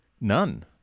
None